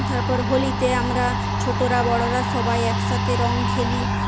তারপর হোলিতে আমরা ছোটোরা বড়োরা সবাই একসাথে রঙ খেলি